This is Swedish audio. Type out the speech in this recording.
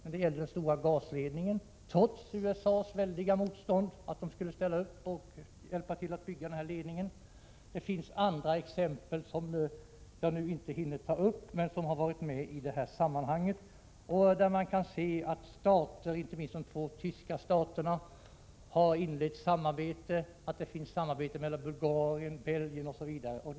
Trots USA:s kraftiga motstånd ställde Västtyskland upp och hjälpte till att bygga den väldiga gasledningen. De båda tyska staterna har inlett samarbete, det finns ett samarbete mellan Bulgarien och Belgien, osv. Det finns också andra exempel, som jag nu inte hinner ta upp.